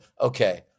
okay